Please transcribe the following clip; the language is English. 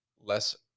less